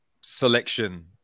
selection